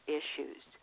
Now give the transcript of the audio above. issues